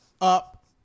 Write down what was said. up